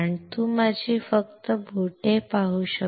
तू माझी बोटे पाहू शकतोस का